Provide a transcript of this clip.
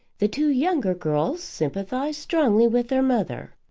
the two younger girls sympathised strongly with their mother.